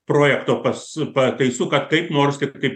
projekto pas pataisų kad kaip nors kaip kaip